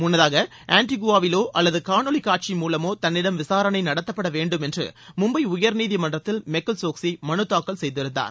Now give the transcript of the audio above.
முன்னதாக ஆன்டிகுவாவிலோ அல்லது காணொளி காட்சி மூலமோ தன்னிடம் விசாரணை நடத்தப்படவேண்டும் என்று மும்பை உயர்நீதிமன்றத்தில் மெகுல் சோக்ஸி மனுதாக்கல் செய்திருந்தார்